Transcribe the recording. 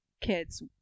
kids